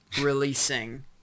releasing